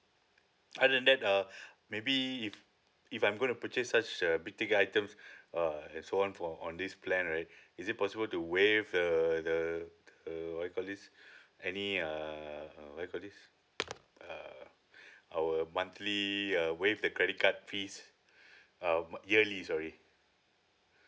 other than that uh maybe if if I'm gonna purchase such a big ticket items uh and so on for on this plan right is it possible to waive the the the what we call this any uh what we call this uh our monthly uh waive the credit card fees uh month yearly sorry